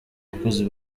bakozi